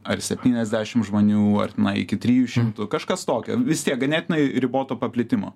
ar septyniasdešim žmonių ar tenai iki trijų šimtų kažkas tokio vis tiek ganėtinai riboto paplitimo